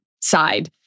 side